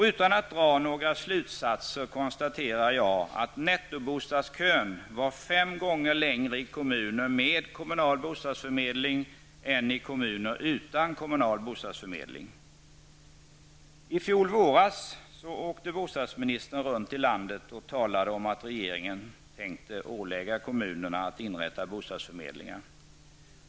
Utan att dra några slutsatser konstaterar jag att nettobostadskön var fem gånger längre i kommuner med kommunal bostadsförmedling än i kommuner utan kommunal bostadsförmedling. I fjol våras åkte bostadsministern runt i landet och talade om att regeringen tänkte ålägga kommunerna att inrätta bostadsförmedlingar.